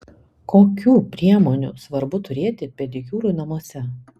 kokių priemonių svarbu turėti pedikiūrui namuose